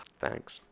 thanks